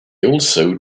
also